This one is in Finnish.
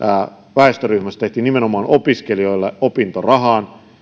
väestöryhmästä kun tehtiin nimenomaan opiskelijoille opintorahaan